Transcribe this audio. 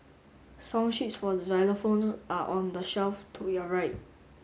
song sheets for xylophones are on the shelf to your right